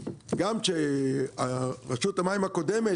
גם כשרשות המים הקודמת,